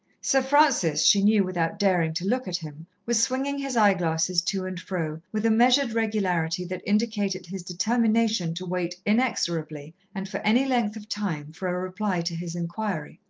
sir francis, she knew without daring to look at him, was swinging his eye-glasses to and fro, with a measured regularity that indicated his determination to wait inexorably and for any length of time for a reply to his inquiry.